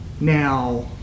now